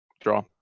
Draw